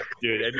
Dude